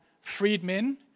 freedmen